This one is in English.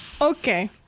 Okay